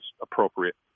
appropriate